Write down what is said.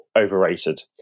overrated